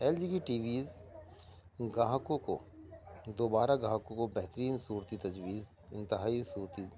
L G T V وی گاہکوں کو دوبارہ گاہکوں کو بہترین صورتی تجویز انتہائی صورتی